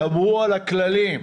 שמרו על הכללים,